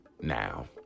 now